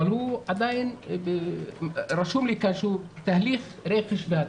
אבל רשום לי כאן שהוא עדיין בתהליך רכש והתקנה.